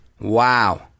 Wow